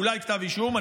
אולי כתב אישום,